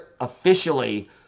officially